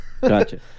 Gotcha